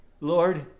Lord